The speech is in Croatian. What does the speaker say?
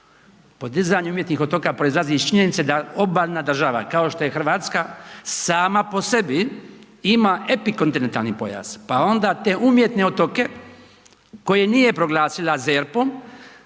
podizanje umjetnih otoka proizlazi iz činjenice da obalna država kao što je Hrvatska sama po sebi ima epikontinentalni pojas pa onda te umjetne otoke koje nije proglasila ZERP-om